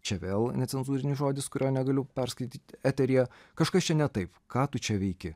čia vėl necenzūrinis žodis kurio negaliu perskaityt eteryje kažkas čia ne taip ką tu čia veiki